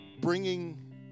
bringing